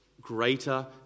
greater